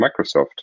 microsoft